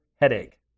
headache